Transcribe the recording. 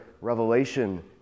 Revelation